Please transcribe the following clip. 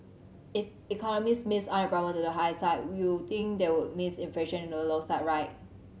if economist missed unemployment to the high side we'll think they would miss inflation to the low side right